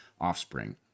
offspring